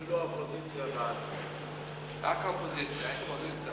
ההצעה להעביר את הנושא לוועדת הפנים והגנת הסביבה